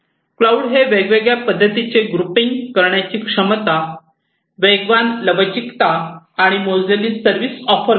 cloud हे वेगवेगळ्या पद्धतीचे ग्रुपिंग करण्याची क्षमता वेगवान लवचिकता आणि मोजलेली सर्विस ऑफर करते